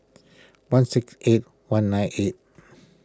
one six eight one nine eight